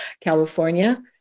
California